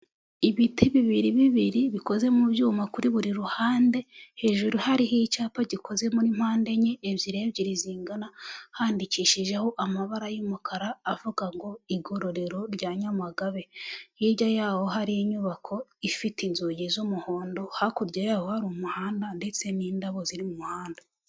Ibiti bibiri bibiri bikoze mu byuma kuri buri ruhande, hejuru hariho icyapa gikoze muri mpande enye, ebyiri ebyiri zingana handikishijeho amabara y'umukara avuga ngo Igororero rya Nyamagabe, hirya y'aho hari inyubako ifite inzugi z'umuhondo, hakurya yaho hari umuhanda ndetse n'indabo ziri mu muhanda.